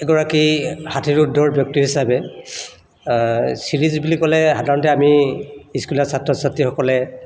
এগৰাকী ষাঠিৰ উৰ্দ্ধৰ ব্যক্তি হিচাপে চিৰিজ বুলি ক'লে সাধাৰণতে আমি স্কুলীয়া ছাত্ৰ ছাত্ৰীসকলে